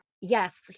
yes